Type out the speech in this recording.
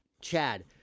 Chad